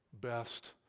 best